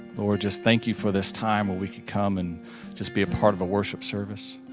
lord, just thank you for this time where we could come and just be a part of a worship service.